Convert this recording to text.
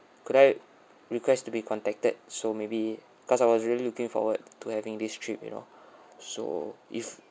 could I request to be contacted so maybe because I was really looking forward to having this trip you know so if